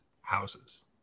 houses